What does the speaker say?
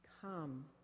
come